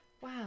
Wow